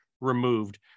removed